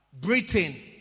Britain